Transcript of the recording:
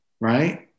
right